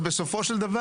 אז בסופו של דבר,